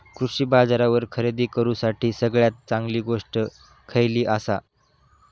कृषी बाजारावर खरेदी करूसाठी सगळ्यात चांगली गोष्ट खैयली आसा?